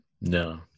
No